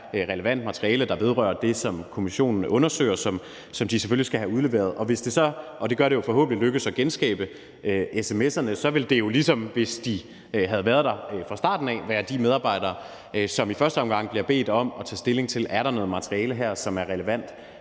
relevant materiale, der vedrører det, som kommissionen undersøger, og som de selvfølgelig skal have udleveret. Og hvis det så – og det gør det jo forhåbentlig – lykkes at genskabe sms’erne, så vil det jo, ligesom hvis de havde været der fra starten af, være de medarbejdere, som i første omgang bliver bedt om at tage stilling til, om der er noget materiale her, som er relevant